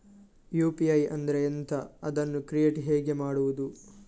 UPI ಅಂದ್ರೆ ಎಂಥ? ಅದನ್ನು ಕ್ರಿಯೇಟ್ ಹೇಗೆ ಮಾಡುವುದು?